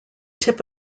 tip